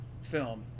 film